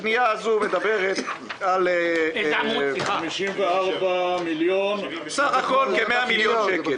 הפנייה הזאת היא בסך הכול של כ-100 מיליון שקל.